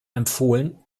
empfohlen